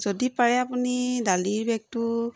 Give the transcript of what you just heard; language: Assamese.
যদি পাৰে আপুনি দালিৰ বেগটো